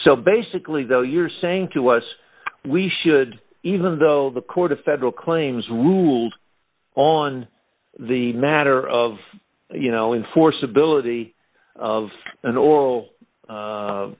so basically though you're saying to us we should even though the court of federal claims rules on the matter of you know enforceability of an oral